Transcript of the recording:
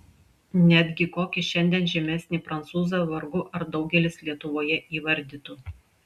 netgi kokį šiandien žymesnį prancūzą vargu ar daugelis lietuvoje įvardytų